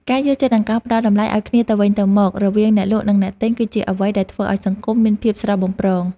ការយល់ចិត្តនិងការផ្ដល់តម្លៃឱ្យគ្នាទៅវិញទៅមករវាងអ្នកលក់និងអ្នកទិញគឺជាអ្វីដែលធ្វើឱ្យសង្គមមានភាពស្រស់បំព្រង។